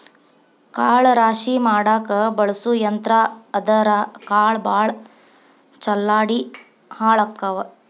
ಕಾಳ ರಾಶಿ ಮಾಡಾಕ ಬಳಸು ಯಂತ್ರಾ ಆದರಾ ಕಾಳ ಭಾಳ ಚಲ್ಲಾಡಿ ಹಾಳಕ್ಕಾವ